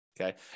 Okay